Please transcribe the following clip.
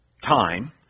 time